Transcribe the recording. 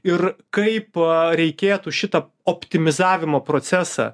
ir kaip a reikėtų šitą optimizavimo procesą